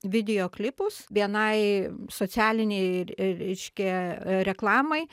video klipus vienai socialinei reiškia reklamai